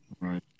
Right